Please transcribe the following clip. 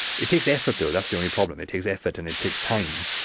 it takes effort though, that's the only problem, it takes effort and it takes time.